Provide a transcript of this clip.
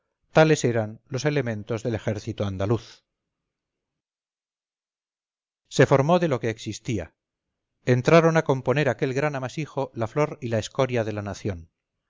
tales eran los elementos del ejército andaluz se formó de lo que existía entraron a componer aquel gran amasijo la flor y la escoria de la nación